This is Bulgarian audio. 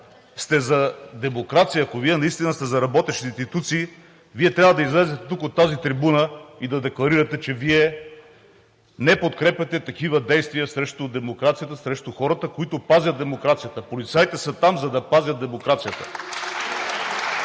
сте за демокрация, ако Вие наистина сте за работещи институции, Вие трябва да излезете тук от тази трибуна и да декларирате, че Вие не подкрепяте такива действия срещу демокрацията, срещу хората, които пазят демокрацията. Полицаите са там, за да пазят демокрацията.